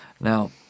Now